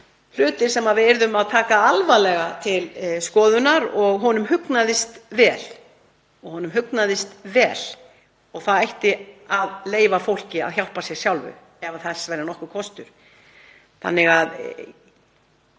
hlutir sem við yrðum að taka alvarlega til skoðunar og honum hugnaðist vel að það ætti að leyfa fólki að hjálpa sér sjálft ef þess væri nokkur kostur. Eins og